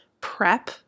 prep